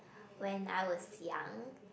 when I was young